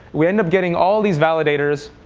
we end up getting all these validators,